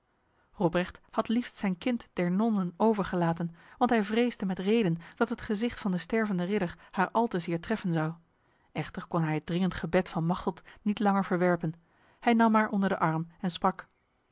robrecht had liefst zijn kind der nonnen overgelaten want hij vreesde met reden dat het gezicht van de stervende ridder haar al te zeer treffen zou echter kon hij het dringend gebed van machteld niet langer verwerpen hij nam haar onder de arm en sprak